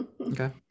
Okay